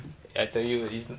I tell you